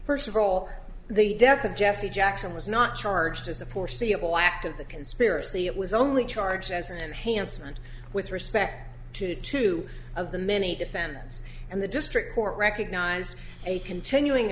first of all the death of jesse jackson was not charged as a foreseeable act of the conspiracy it was only charged as an enhancement with respect to two of the many defendants and the district court recognized a continuing